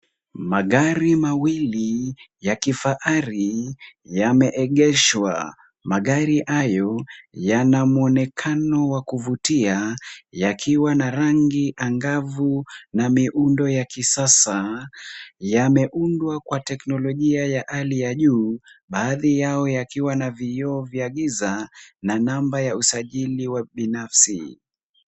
Magari mawili ya kifahari yameegeshwa. Magari hayo yana mwonekano wa kuvutia yakiwa na rangi angavu na miundo ya kisasa. Yameundwa kwa teknolojia ya hali juu baadhi yao yakiwa na vioo za giza na namba ya usajili wa binafsi.